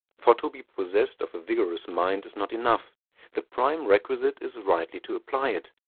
for to be possessed of a vigorous mind is not enough the prime requisite is rightly to apply it.